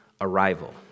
arrival